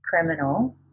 criminal